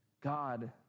God